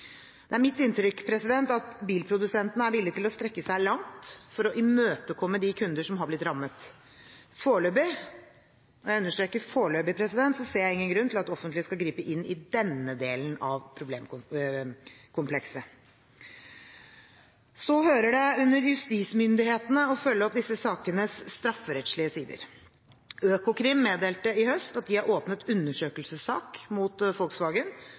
Det er mitt inntrykk at bilprodusentene er villige til å strekke seg langt for å imøtekomme de kunder som har blitt rammet. Foreløpig – og jeg understreker foreløpig – ser jeg ingen grunn til at det offentlige skal gripe inn i denne delen av problemkomplekset. Så hører det under justismyndighetene å følge opp disse sakenes strafferettslige sider. Økokrim meddelte i høst at de har åpnet undersøkelsessak mot